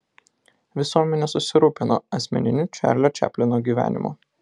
visuomenė susirūpino asmeniniu čarlio čaplino gyvenimu